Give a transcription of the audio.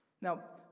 Now